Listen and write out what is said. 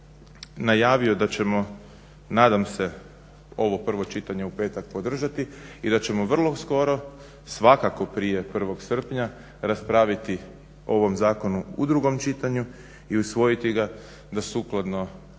Najavio da ćemo nadam se ovo prvo čitanje u petak podržati i da ćemo vrlo skoro, svakako prije 1. srpnja, raspraviti o ovom zakonu u drugom čitanju i usvojiti ga da sukladno